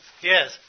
Yes